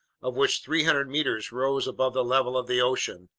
of which three hundred meters rose above the level of the ocean.